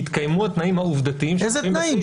התקיימו התנאים העובדתיים שקבועים בסעיף.